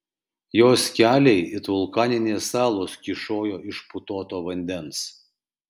jos keliai it vulkaninės salos kyšojo iš putoto vandens